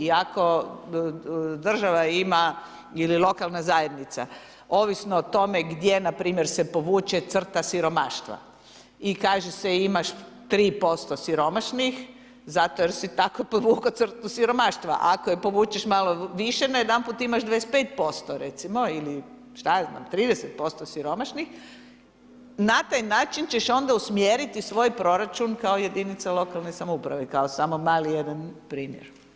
I ako država ima ili lokalna zajednica ovisno o tome gdje npr. se povuče siromaštva i kaže se imaš 3% siromašnih zato jer si tako povuku crtu siromaštva, ako je povučeš malo više, najedanput imaš 25% recimo ili šta ja znam 30% siromašnih, na taj način ćeš onda usmjeriti svoj proračun kao jedinice lokalne samouprave, kao samo mali jedan primjer.